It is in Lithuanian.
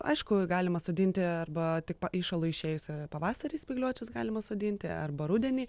aišku galima sodinti arba tik įšalui išėjus pavasarį spygliuočius galima sodinti arba rudenį